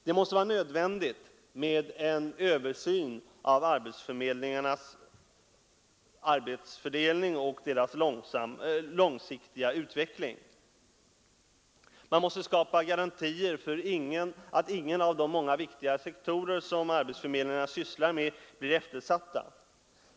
Det måste vara motiverat med en översyn av arbetsförmedlingarnas arbetsfördelning och långsiktiga utveckling. Man måste skapa garantier för att ingen av de många viktiga sektorer som arbetsförmedlingarna sysslar med blir eftersatt.